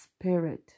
spirit